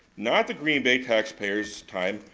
not the green pay taxpayer's dime,